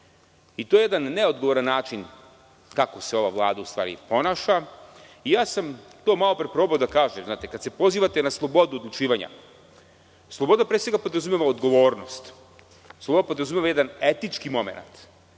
i to jedan neodgovoran način kako se ova Vlada u stvari ponaša. To sam malopre probao da kažem. Kada se pozivate na slobodu odlučivanja, slobodan pre svega podrazumeva odgovornost. Sloboda podrazumeva jedan etički momenat,